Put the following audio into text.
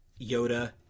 Yoda